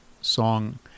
song